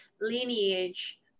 lineage